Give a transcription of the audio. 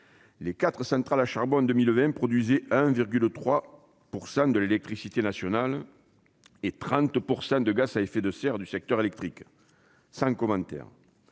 les quatre centrales à charbon produisaient 1,3 % de l'électricité nationale et 30 % des gaz à effet de serre du secteur électrique ... Sans commentaire